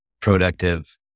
productive